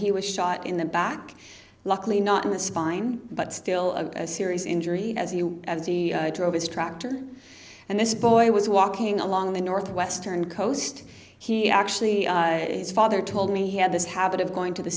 he was shot in the back luckily not in the spine but still a serious injury as you as he drove his tractor and this boy was walking along the northwestern coast he actually is father told me he had this habit of going to the